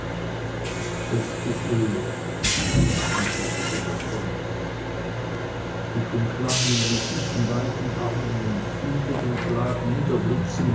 es geschehe antwortete herr thomas ich umschlang ihn mit diesen beiden armen fühlte den schlag